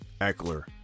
Eckler